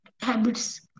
habits